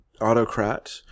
autocrat